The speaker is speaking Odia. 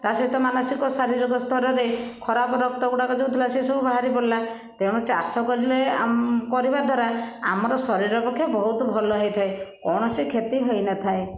ତା ସହିତ ମାନସିକ ଶାରୀରିକ ସ୍ତରରେ ଖରାପ ରକ୍ତ ଗୁଡ଼ାକ ଯେଉଁ ଥିଲା ସେ ସବୁ ବାହାରି ପଡ଼ିଲା ତେଣୁ ଚାଷ କଲେ ଆମ୍ କରିବା ଦ୍ୱାରା ଆମର ଶରୀର ପକ୍ଷେ ବହୁତ ଭଲ ହେଇଥାଏ କୌଣସି କ୍ଷତି ହେଇନଥାଏ